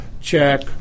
check